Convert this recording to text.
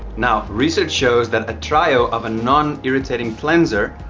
now research shows that a trio of a non irritating cleanser,